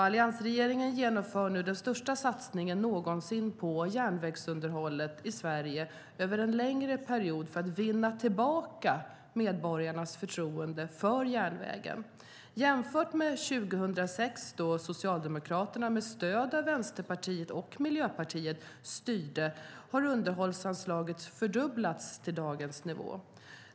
Alliansregeringen genomför nu den största satsningen någonsin på järnvägsunderhållet i Sverige över en längre period för att vinna tillbaka medborgarnas förtroende för järnvägen. Jämfört med 2006 då Socialdemokraterna, med stöd av Vänsterpartiet och Miljöpartiet, styrde har underhållsanslaget fördubblats till dagens nivå.